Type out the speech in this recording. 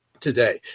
Today